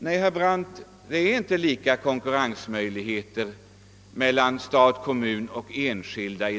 Nej, herr Brandt, konkurrensmöjligheterna i detta sammanhang är inte lika för stat, kommun och enskilda.